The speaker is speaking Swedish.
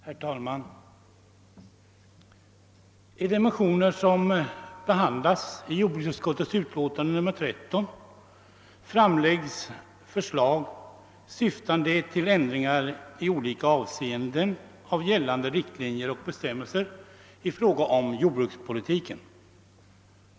Herr talman! I de motioner som behandlas i jordbruksutskottets utlåtande nr 13 framläggs förslag syftande till ändringar i olika avseenden av gällande riktlinjer och bestämmelser i fråga om jordbrukspolitiken.